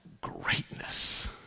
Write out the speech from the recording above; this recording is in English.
greatness